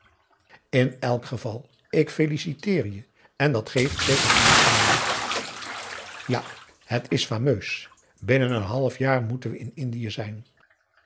in elk geval ik feliciteer je en dat geeft zeker gauw trouwen ja het is fameus binnen een half jaar moeten we in indië zijn